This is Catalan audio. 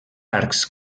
arcs